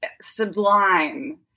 sublime